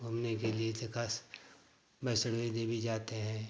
घूमने के लिए झकास वैष्णो देवी जाते हैं